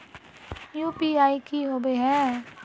UPI की होबे है?